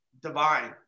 divine